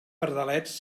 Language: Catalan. pardalets